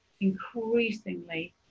increasingly